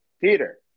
Peter